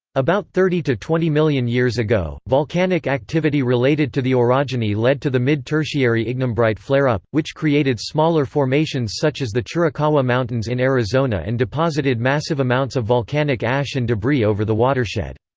about thirty to twenty million years ago, volcanic activity related to the orogeny led to the mid-tertiary ignimbrite flare-up, which created smaller formations such as the chiricahua mountains in arizona and deposited massive amounts of volcanic ash and debris over the watershed.